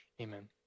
amen